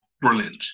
Brilliant